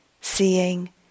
seeing